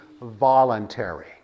voluntary